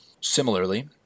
Similarly